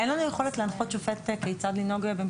אין לנו יכולת להנחות שופט כיצד לנהוג במסגרת